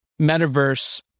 metaverse